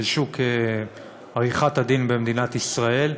של שוק עריכת-הדין במדינת ישראל,